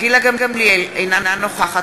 (קוראת בשמות חברי הכנסת) עבדאללה אבו מערוף,